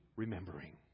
remembering